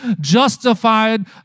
justified